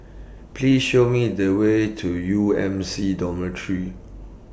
Please Show Me The Way to U M C Dormitory